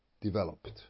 developed